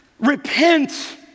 repent